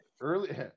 early